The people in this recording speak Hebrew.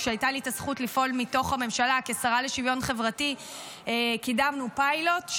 כשהייתה לי הזכות לפעול מתוך הממשלה כשרה לשוויון חברתי קידמנו פיילוט,